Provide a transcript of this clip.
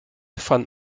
fand